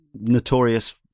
notorious